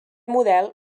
model